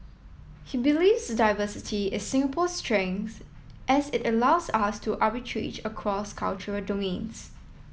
he believes diversity is Singapore's strength as it allows us to arbitrage across cultural domains